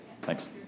Thanks